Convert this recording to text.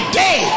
day